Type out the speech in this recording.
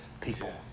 people